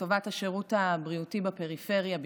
לטובת השירות הבריאותי בפריפריה בכלל,